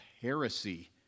heresy